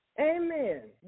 Amen